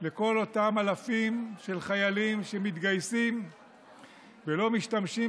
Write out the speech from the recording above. לכל אותם אלפים של חיילים שמתגייסים ולא משתמשים